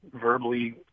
verbally